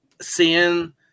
seeing